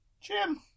Jim